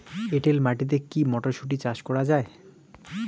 এটেল মাটিতে কী মটরশুটি চাষ করা য়ায়?